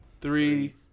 three